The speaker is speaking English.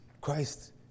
Christ